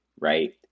right